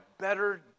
better